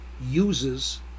uses